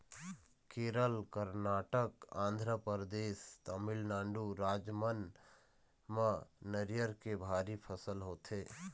केरल, करनाटक, आंध्रपरदेस, तमिलनाडु राज मन म नरियर के भारी फसल होथे